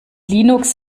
linux